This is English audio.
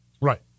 Right